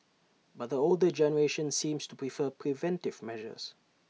but the older generation seems to prefer preventive measures